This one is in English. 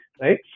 right